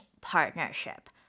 partnership